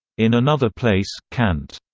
in another place, kant,